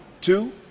two